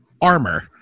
armor